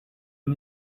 een